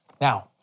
Now